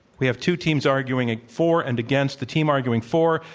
we have two teams arguing ah for and against, the team arguing for,